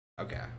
Okay